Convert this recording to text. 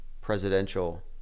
presidential